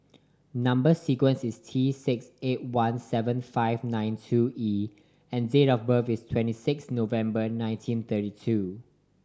number sequence is T six eight one seven five nine two E and date of birth is twenty six November nineteen thirty two